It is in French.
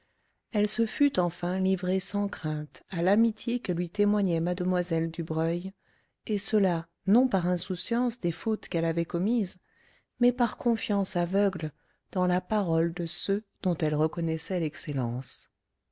elle se fût enfin livrée sans crainte à l'amitié que lui témoignait mlle dubreuil et cela non par insouciance des fautes qu'elle avait commises mais par confiance aveugle dans la parole de ceux dont elle reconnaissait l'excellence